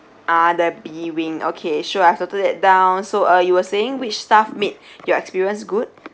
ah the B wing okay sure I've noted that down so uh you were saying which staff made your experience good